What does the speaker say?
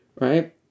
right